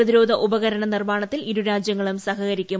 പ്രതിരോധ ഉപകരണ നിർമ്മാണത്തിൽ ഇരുരാജ്യങ്ങളും സഹകരിക്കും